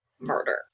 murder